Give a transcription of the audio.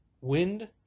wind